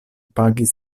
pagis